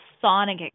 sonic